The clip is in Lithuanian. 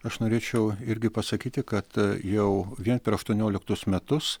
aš norėčiau irgi pasakyti kad jau vien per aštuonioliktus metus